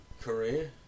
Korea